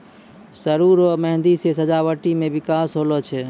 सरु रो मेंहदी से सजावटी मे बिकास होलो छै